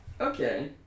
Okay